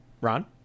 Ron